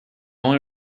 only